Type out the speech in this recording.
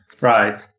Right